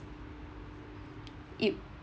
you